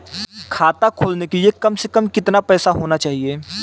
खाता खोलने के लिए कम से कम कितना पैसा होना चाहिए?